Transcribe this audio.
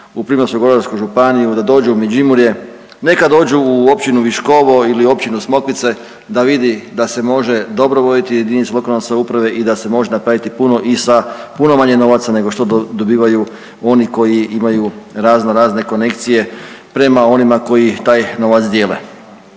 u Primorsko-goransku županiju, da dođu u Međimurje. Neka dođu u općinu Viškovo ili općinu Smokvicu da vidi da se može dobro voditi jedinica lokalne samouprave i da se može napraviti puno i sa puno manje novaca nego što dobivaju oni koji imaju razno razne konekcije prema onima koji taj novac dijele.